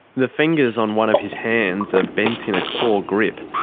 the fingers on one of his hands are bent in a claw grip,